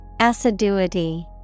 Assiduity